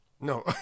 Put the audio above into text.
No